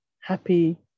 happy